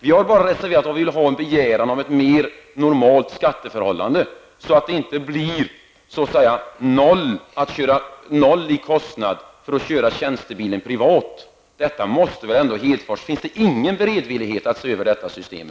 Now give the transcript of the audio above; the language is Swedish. Vi har reserverat oss enbart för att begära ett mer normalt skatteförhållande, så att inte kostnaden blir noll för att köra tjänstebilen privat. Finns det ingen beredvillighet, Lars Hedfors, att se över detta system?